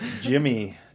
Jimmy